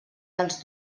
dels